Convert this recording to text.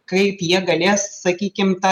kaip jie galės sakykim tą